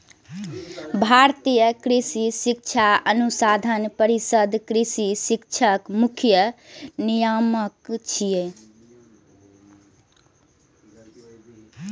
भारतीय कृषि शिक्षा अनुसंधान परिषद कृषि शिक्षाक मुख्य नियामक छियै